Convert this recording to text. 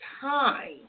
time